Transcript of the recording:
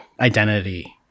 identity